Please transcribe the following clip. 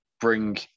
bring